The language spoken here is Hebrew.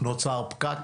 נוצר פקק,